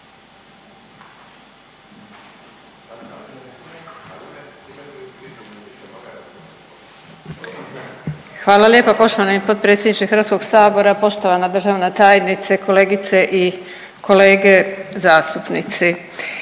Hvala lijepo poštovani potpredsjedniče Hrvatskog sabora. Poštovana državna tajnice, kolegice i kolege, dakle